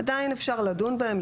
אפשר לדון בהם,